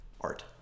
Art